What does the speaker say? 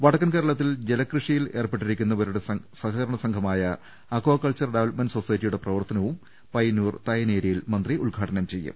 വടക്കൻ കേരളത്തിൽ ജലകൃഷിയിൽ ഏർപ്പെട്ടിരിക്കുന്ന വരുടെ സഹകരണ സംഘമായ അക്വാകൾച്ചർ ഡവലപ് മെന്റ് സൊസൈറ്റിയുടെ പ്രവർത്തനവും പയ്യന്നൂർ തായിനേരിയിൽ മന്ത്രി ഉദ്ഘാടനം ചെയ്യും